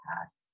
past